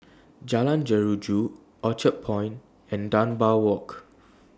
Jalan Jeruju Orchard Point and Dunbar Walk